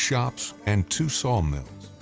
shops and two sawmills.